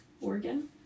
Oregon